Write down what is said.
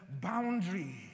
boundary